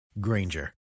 Granger